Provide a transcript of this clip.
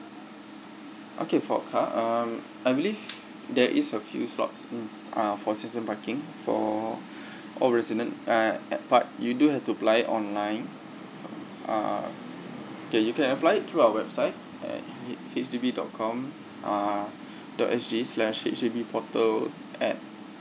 okay for a car uh I believe there is a few slots uh for season parking for all resident uh but you do have to apply it online uh okay you can apply it through our website at H D B dot com uh dot S G slash H_D_B portal at